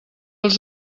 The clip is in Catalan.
els